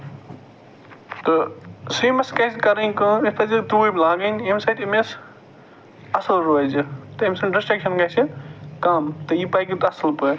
تہٕ سُوِمرس کیاہ پَزِ کَرٕنۍ کٲم أمِس پَزِ ٹوٗپۍ لاگٔنۍ ییٚمہِ سۭتۍ أمِس اَصٕل روزِ تہٕ أمۍ سٔنز رٮ۪سٹرکشَن گژھِ کَم تہٕ یہِ پَکہِ اَصٕل پٲٹھۍ